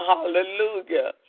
Hallelujah